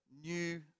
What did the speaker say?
new